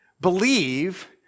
believe